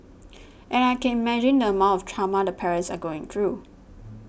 and I can imagine the amount of trauma the parents are going through